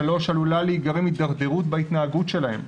שלוש, עלולה להיגרם הידרדרות בהתנהגות שלהם,